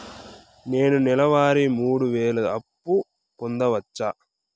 నేను నెల వారి మూడు వేలు అప్పు పొందవచ్చా?